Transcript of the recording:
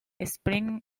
spring